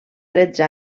tretze